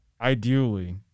ideally